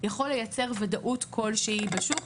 יכול לייצר ודאות כל שהיא בשוק,